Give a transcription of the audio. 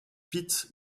pete